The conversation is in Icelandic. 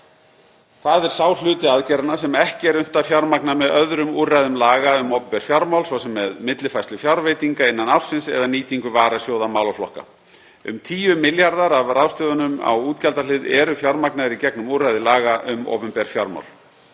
Það er sá hluti aðgerðanna sem ekki er unnt að fjármagna með öðrum úrræðum laga um opinber fjármál, svo sem með millifærslu fjárveitinga innan ársins eða nýtingu varasjóða málaflokka. Um 10 milljarðar af ráðstöfunum á útgjaldahlið eru fjármagnaðir í gegnum úrræði laga um opinber fjármál.